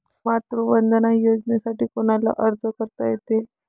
मातृवंदना योजनेसाठी कोनाले अर्ज करता येते?